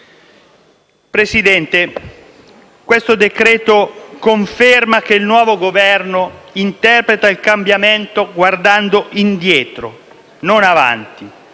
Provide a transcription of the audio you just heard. Presidente, questo decreto-legge conferma che il nuovo Governo interpreta il cambiamento guardando indietro, non avanti.